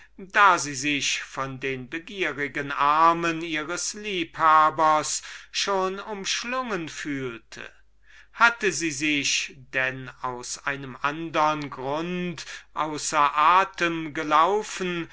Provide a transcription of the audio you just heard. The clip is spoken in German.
da sie sich von den begierigen armen ihres liebhabers schon umschlungen fühlte hatte sie sich denn aus einem andern grund außer atem geloffen